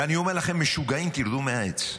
ואני אומר לכם: משוגעים, תרדו מהעץ.